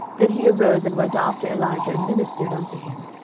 then he arose, and went after elijah, and ministered unto him.